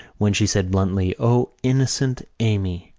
when she said bluntly o, innocent amy!